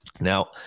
Now